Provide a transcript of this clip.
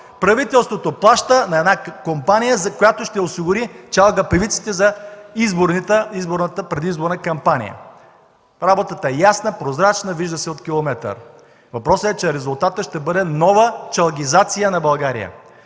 Правителството плаща на една компания, която ще осигури чалга певиците за предизборната кампания. Работата е ясна, прозрачна, вижда се от километър. Въпросът е, че резултатът ще бъде нова чалгизация на България.